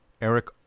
Eric